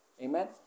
Amen